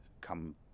come